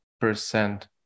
percent